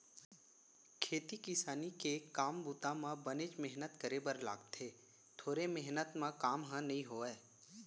खेती किसानी के काम बूता म बनेच मेहनत करे बर लागथे थोरे मेहनत म काम ह नइ होवय